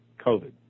COVID